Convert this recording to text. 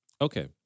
okay